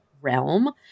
realm